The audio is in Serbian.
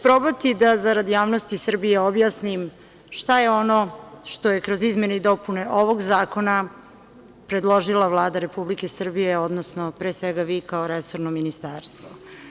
Probaću, zarad javnosti Srbije, da objasnim šta je ono što je kroz izmene i dopune ovog zakona predložila Vlada Republike Srbije, odnosno pre svega vi kao resorno ministarstvo.